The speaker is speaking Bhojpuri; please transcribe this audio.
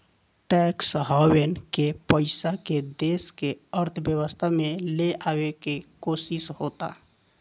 टैक्स हैवेन के पइसा के देश के अर्थव्यवस्था में ले आवे के कोशिस होता